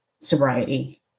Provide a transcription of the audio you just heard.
sobriety